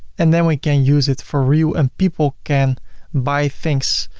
and then we can use it for real and people can buy things.